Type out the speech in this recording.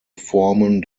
formen